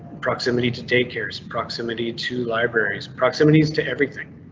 proximity to daycares. proximity to libraries. proximity to everything.